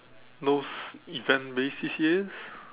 those event based C_C_As